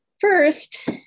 First